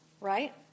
right